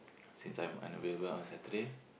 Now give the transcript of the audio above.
since I am unavailable on Saturday